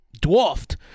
Dwarfed